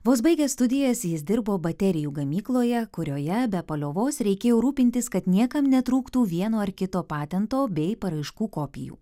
vos baigęs studijas jis dirbo baterijų gamykloje kurioje be paliovos reikėjo rūpintis kad niekam netrūktų vieno ar kito patento bei paraiškų kopijų